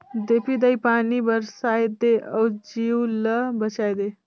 देपी दाई पानी बरसाए दे अउ जीव ल बचाए दे